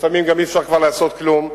לפעמים גם אי-אפשר כבר לעשות כלום.